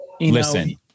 listen